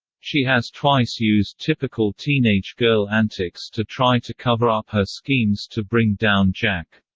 she has twice used typical teenage girl antics to try to cover up her schemes to bring down jack.